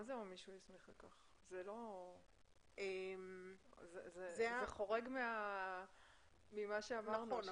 מה זה "או מי שהוא הסמיך לכך?" זה חורג ממה שאמרנו.